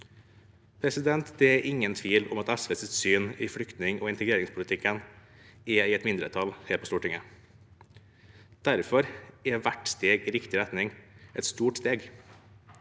Det er ingen tvil om at SVs syn i flyktning- og integreringspolitikken er i mindretall her på Stortinget. Derfor er hvert steg i riktig retning et stort steg.